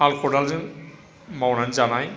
हाल खदालजों मावनानै जानाय